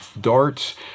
darts